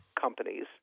companies